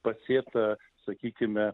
pasėta sakykime